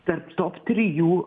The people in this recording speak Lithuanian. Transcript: tarp top trijų